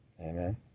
Amen